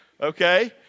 okay